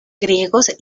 griegos